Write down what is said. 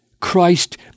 Christ